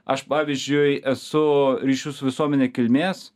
aš pavyzdžiui esu ryšių su visuomene kilmės